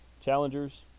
challengers